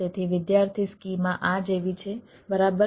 તેથી વિદ્યાર્થી સ્કીમા આ જેવી છે બરાબર